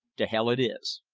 to hell it is.